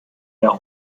der